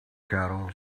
cattle